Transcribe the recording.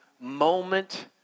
moment